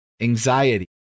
anxiety